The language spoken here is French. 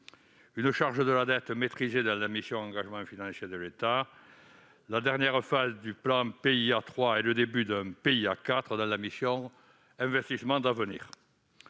une charge de la dette maîtrisée dans la mission « Engagements financiers de l'État »; la dernière phase du PIA 3 et le début d'un PIA 4 dans la mission « Investissements d'avenir